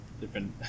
different